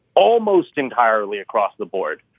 almost entirely across the board.